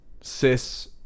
cis